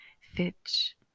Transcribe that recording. Fitch